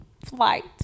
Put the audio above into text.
flight